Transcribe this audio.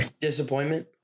disappointment